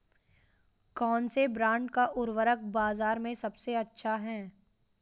कौनसे ब्रांड का उर्वरक बाज़ार में सबसे अच्छा हैं?